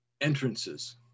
entrances